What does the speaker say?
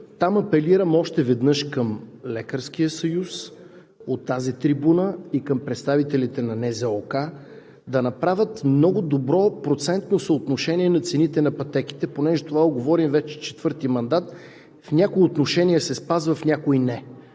там апелирам още веднъж към Лекарския съюз от трибуната и към представителите на НЗОК да направят много добро процентно съотношение на цените на пътеките и понеже това го говорим вече четвърти мандат, в някои отношения се спазва, в някои –